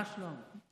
מה, שלמה?